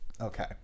Okay